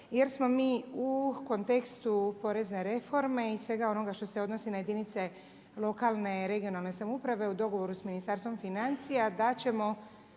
jer smo mi u kontekstu porezne reforme i svega onoga što se odnosi na jedinice lokalne, regionalne samouprave u dogovoru sa Ministarstvom financija, da ćemo